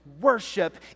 Worship